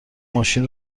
ماشین